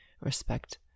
respect